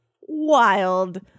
Wild